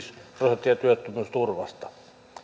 prosenttia työttömyysturvasta